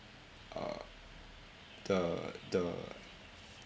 uh the the